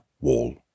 wall